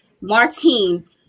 Martine